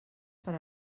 per